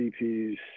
DPs